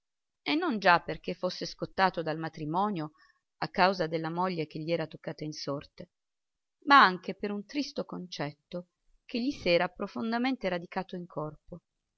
e non già perché fosse scottato del matrimonio a causa della moglie che gli era toccata in sorte ma anche per un tristo concetto che gli s'era profondamente radicato in corpo